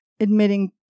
admitting